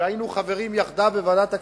כשהיינו חברים יחדיו בוועדת הכספים,